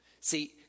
See